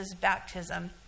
baptism